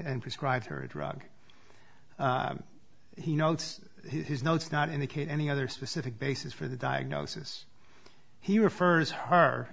and prescribed her drug he notes his notes not indicate any other specific basis for the diagnosis he refers her